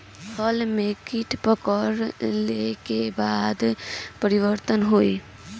फसल में कीट पकड़ ले के बाद का परिवर्तन होई?